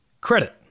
credit